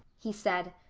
he said.